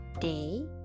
day